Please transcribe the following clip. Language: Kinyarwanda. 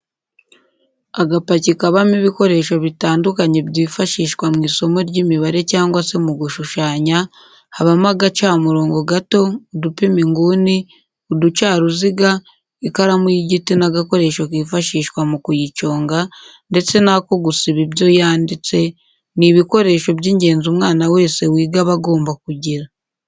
Agapaki kabamo ibikoresho bitandukanye byifashishwa mu isomo ry'imibare cyangwa se mu gushushanya, habamo agacamurongo gato, udupima inguni, uducaruziga, ikaramu y'igiti n'agakoresho kifashishwa mu kuyiconga ndetse n'ako gusiba ibyo yanditse, ni ibikoresho by'ingenzi umwana wese wiga aba agomba kugira.